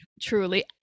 Truly